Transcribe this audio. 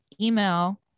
email